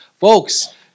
Folks